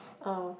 oh